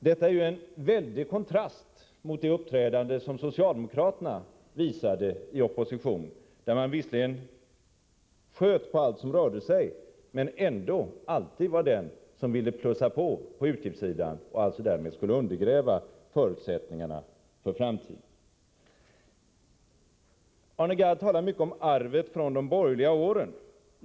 Detta är en stor kontrast mot det uppträdande som socialdemokraterna visade när de var i opposition, då de visserligen sköt skarpt mot allt som rörde sig men ändå alltid var de som ville plussa på och öka på utgiftssidan, vilket alltså skulle undergräva förutsättningarna för framtiden. Arne Gadd talar mycket om arvet från de borgerliga åren.